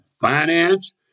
finance